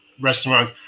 restaurant